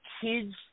kids